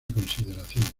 consideración